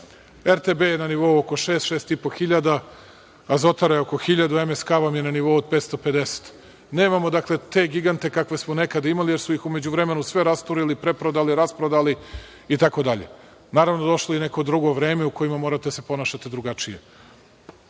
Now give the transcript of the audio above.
RTB je na nivou oko šest, šest i po hiljada, Azotara oko 1000, MSK vam je na nivou od 550. Nemamo te gigante kakve smo nekada imali, jer su ih u međuvremenu sve rasturili, preprodali, rasprodali, i tako dalje. Naravno, došlo je i neko drugo vreme, u kojima morate da se ponašate drugačije.Za